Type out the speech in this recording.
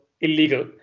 illegal